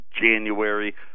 January